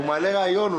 הוא מעלה רעיון.